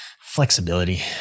flexibility